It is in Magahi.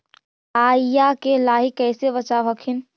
राईया के लाहि कैसे बचाब हखिन?